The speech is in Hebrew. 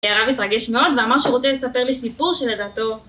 הערב התרגש מאוד, ואמר שהוא רוצה לספר לי סיפור שלדעתו